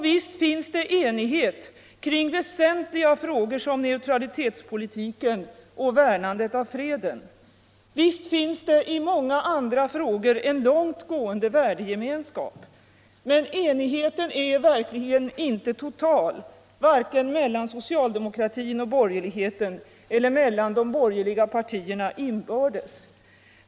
Visst finns det en enighet kring väsentliga frågor såsom neutralitetspolitiken och värnandet av freden. Visst finns det i många andra frågor en långt gående värdegemenskap. Men enigheten är verkligen inte total. varken mellan socialdemokratin och borgerligheten celler mellan de bor Allmänpolitisk debatt debatt gerliga partierna inbördes.